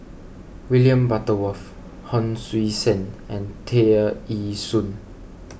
William Butterworth Hon Sui Sen and Tear Ee Soon